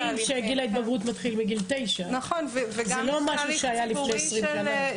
שגיל ההתבגרות מתחיל בגיל 9. זה לא היה לפני 20 שנה.